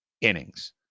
innings